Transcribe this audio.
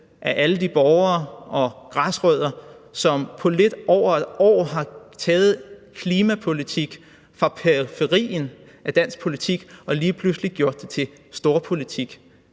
af alle de borgere og græsrødder, som på lidt over et år har taget klimapolitik fra periferien af dansk politik og gjort det til storpolitik.